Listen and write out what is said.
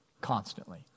constantly